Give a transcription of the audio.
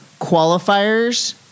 qualifiers